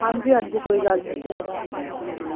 ਹਾਂਜੀ ਹਾਂਜੀ ਕੋਈ ਗੱਲ ਨਹੀਂ ਜੀ ਐਡਵਾਂਸ ਤਾਂ ਦੇਦਾਂਗੇ